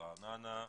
ברעננה,